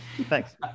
Thanks